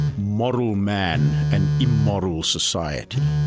moral man and immoral society,